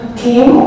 team